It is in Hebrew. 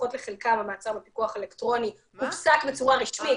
לפחות לחלקם המעצר בפיקוח אלקטרוני הופסק בצורה רשמית.